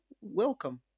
welcome